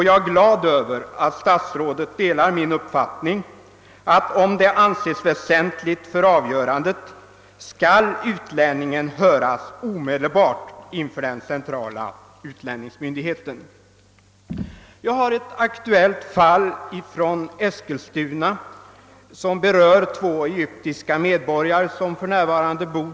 Jag är glad för att stadsrådet delar min uppfattning att om det anses väsentligt för avgörandet så skall utlänningen höras omedelbart inför den centrala utlänningsmyndigheten. Jag har ett aktuellt fall från Eskilstuna. Det berör två egyptiska medborgare som bor där för närvarande.